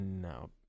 No